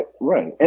right